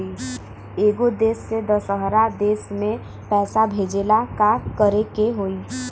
एगो देश से दशहरा देश मे पैसा भेजे ला का करेके होई?